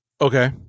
Okay